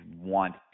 want